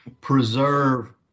preserve